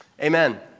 Amen